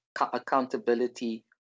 accountability